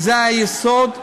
וזה היסוד שבדבר: